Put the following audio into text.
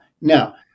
Now